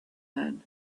man